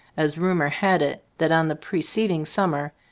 as rumor had it that on the pre ceding summer,